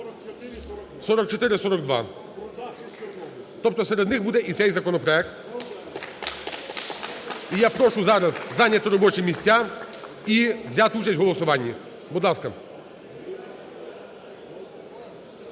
4442, тобто серед них буде і цей законопроект. І я прошу зараз зайняти робочі місця, і взяти участь у голосуванні. Будь ласка.